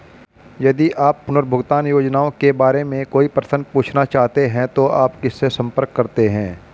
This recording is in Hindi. यदि आप पुनर्भुगतान योजनाओं के बारे में कोई प्रश्न पूछना चाहते हैं तो आप किससे संपर्क करते हैं?